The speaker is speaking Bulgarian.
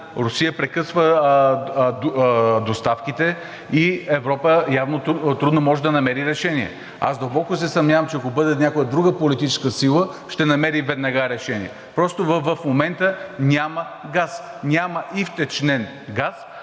Русия прекъсва доставките и Европа явно трудно може да намери решение. Дълбоко се съмнявам, че ако бъде някоя друга политическа сила, ще намери веднага решение. Просто в момента няма газ, няма и втечнен газ,